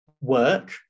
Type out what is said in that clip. work